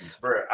Bro